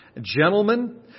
Gentlemen